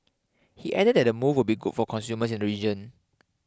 he added that the move will be good for consumers in the region